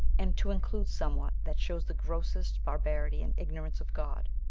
and to include somewhat that shows the grossest barbarity and ignorance of god.